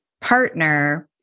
partner